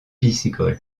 piscicole